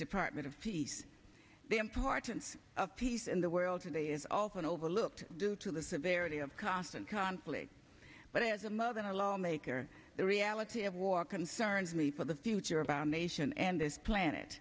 department of peace the importance of peace in the world today is also overlooked due to the severity of constant conflict but as a mother and a lawmaker the reality of war concerns me for the future of our nation and this planet